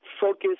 focus